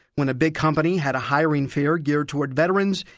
when a big company had a hiring fair geared toward veterans,